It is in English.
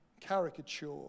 caricature